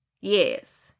yes